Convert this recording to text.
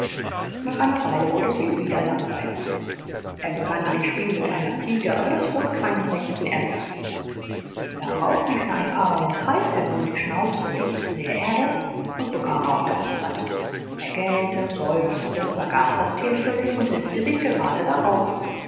nach einer weile wurde es ihm wieder langweilig er begann ein spiel mit einer fliege aber das bot keinen rechten ersatz darauf lief er ein paarmal im kreis herum die schnauze dicht an der erde und bekam auch das satt er gähnte seufzte vergaß das tier völlig und setzte sich gerade darauf